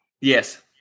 Yes